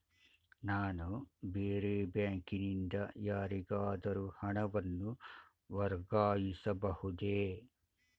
ನಾನು ಬೇರೆ ಬ್ಯಾಂಕಿನಿಂದ ಯಾರಿಗಾದರೂ ಹಣವನ್ನು ವರ್ಗಾಯಿಸಬಹುದೇ?